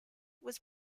was